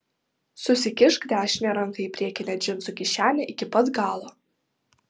susikišk dešinę ranką į priekinę džinsų kišenę iki pat galo